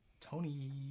Tony